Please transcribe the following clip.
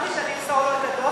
אמרתי שאני אמסור לו את הדוח,